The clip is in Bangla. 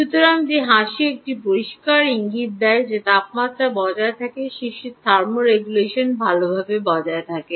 সুতরাং যে হাসি একটি পরিষ্কার ইঙ্গিত দেয় যে তাপমাত্রা বজায় থাকে শিশুর থার্মোরোগুলেশন ভালভাবে বজায় থাকে